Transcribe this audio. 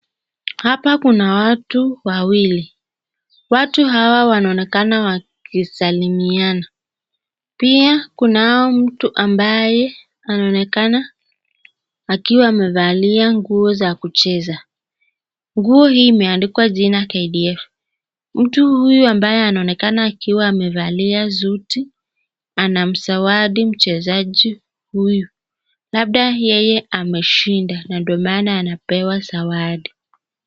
Hapa kuna watu wawili, watu hawa wanonekana wakisalimiana, pia kunao mtu ambaye anaonekana akiwa amevalia nguo za kucheza. Nguo hii imeandikwa jina KDF.Mtu huyu ambaye anaonekana akiwa amevalia suti, anamzawadi mchezaji huyu, labda yeye ameshinda na ndo maana anapewa zawadi.